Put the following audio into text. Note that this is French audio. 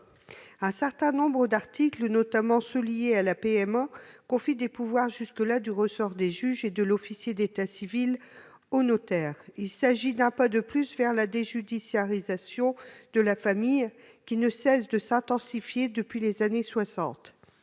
Un certain nombre d'articles, notamment ceux qui sont relatifs à la PMA, confient aux notaires des pouvoirs jusqu'ici du ressort des juges et de l'officier d'état civil. Il s'agit d'un pas de plus vers la déjudiciarisation de la famille qui ne cesse de s'accentuer depuis les années 1960.